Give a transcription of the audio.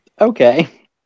Okay